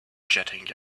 jetting